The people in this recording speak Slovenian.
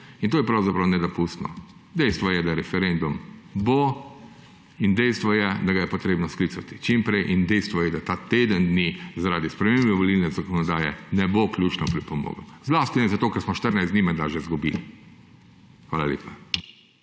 In to je pravzaprav nedopustno. Dejstvo je, da referendum bo, in dejstvo je, da ga je potrebno sklicati čim prej, in dejstvo je, da ta teden dni zaradi spremembe volilne zakonodaje ne bo ključno pripomogel. Zlasti ne, zato ker smo 14 dni menda že izgubili. Hvala lepa.